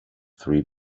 three